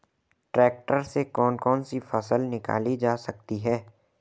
Tractor से कौन कौनसी फसल निकाली जा सकती हैं?